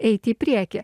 eit į priekį